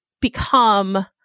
become